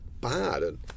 bad